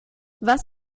was